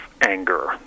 anger